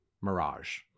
mirage